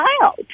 child